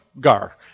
gar